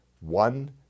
one